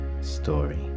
story